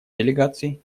делегаций